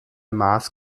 maß